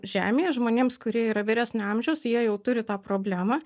žemėje žmonėms kurie yra vyresnio amžiaus jie jau turi tą problemą